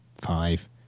Five